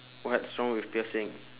what's wrong with piercing